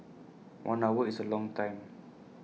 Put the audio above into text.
one hour is A long time